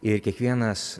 ir kiekvienas